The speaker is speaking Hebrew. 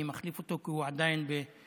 אני מחליף אותו כי הוא עדיין בוועדה